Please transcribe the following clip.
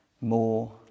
more